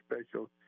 special